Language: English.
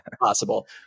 possible